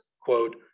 quote